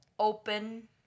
open